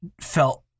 felt